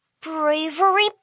Bravery